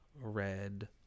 red